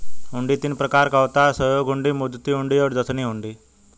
हुंडी तीन प्रकार का होता है सहयोग हुंडी, मुद्दती हुंडी और दर्शनी हुंडी